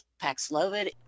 paxlovid